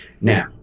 Now